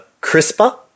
CRISPR